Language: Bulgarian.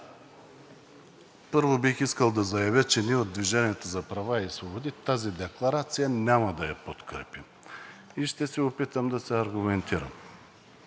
Първо бих искал да заявя, че ние от „Движение за права и свободи“ тази декларация няма да я подкрепим и ще се опитам да се аргументирам.